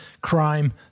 crime